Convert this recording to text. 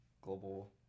global